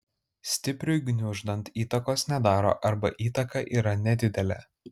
stipriui gniuždant įtakos nedaro arba įtaka yra nedidelė